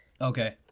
Okay